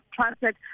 transit